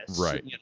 Right